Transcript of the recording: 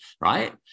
Right